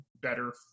better